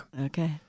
Okay